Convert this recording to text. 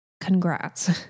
Congrats